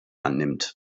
annimmt